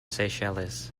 seychelles